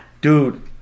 Dude